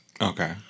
Okay